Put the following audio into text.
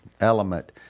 element